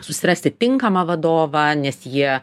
susirasti tinkamą vadovą nes jie